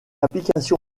application